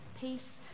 peace